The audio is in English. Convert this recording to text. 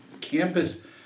campus